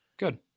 Good